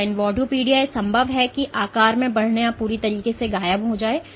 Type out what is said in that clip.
तो एक इनवॉडोपोडिया यह संभव है और एक इनवॉडोपोडिया के लिए आकार में बढ़ने या पूरी तरह से गायब होने के लिए